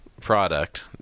product